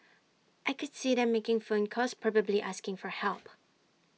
I could see them making phone calls probably asking for help